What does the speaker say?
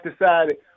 decided